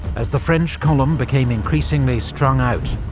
as the french column became increasingly strung out,